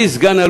אני סא"ל